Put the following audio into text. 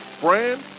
brand